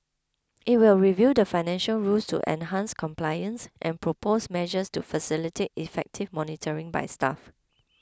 it will review the financial rules to enhance compliance and propose measures to facilitate effective monitoring by staff